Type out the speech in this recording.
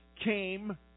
came